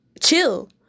chill